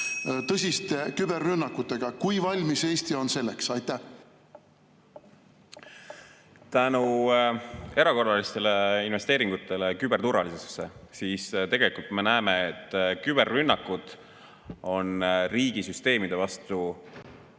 tõsiste küberrünnakutega. Kui valmis Eesti on selleks? Tänu erakorralistele investeeringutele küberturvalisusesse me näeme, et küberrünnakud riigisüsteemide vastu